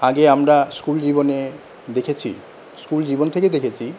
আগে আমরা স্কুল জীবনে দেখেছি স্কুল জীবন থেকেই দেখেছি